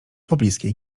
pobliskiej